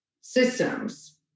systems